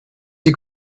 sie